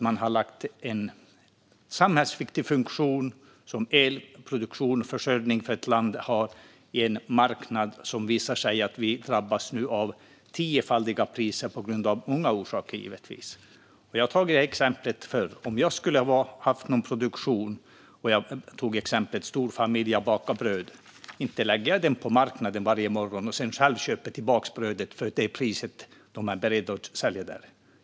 Man har lagt en samhällsviktig funktion som elproduktion och elförsörjning för ett land på en marknad. Det visar sig nu att vi, givetvis av många orsaker, drabbas av tiofaldigt högre priser. Jag har använt exemplet med en storfamilj och brödbakning förr. Om jag skulle ha haft någon produktion skulle jag inte ha lagt ut brödet på marknaden varje morgon för att sedan köpa tillbaka det för det pris som någon är beredd att sälja det för.